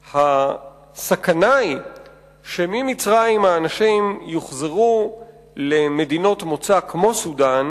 והסכנה היא שממצרים האנשים יוחזרו למדינות מוצא כמו סודן